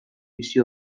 bizi